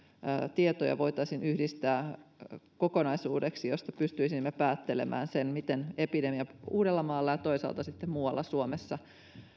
tietoja voitaisiin yhdistää kokonaisuudeksi josta pystyisimme päättelemään sen miten epidemia uudellamaalla ja toisaalta sitten muualla suomessa